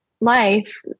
life